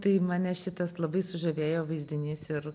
tai mane šitas labai sužavėjo vaizdinys ir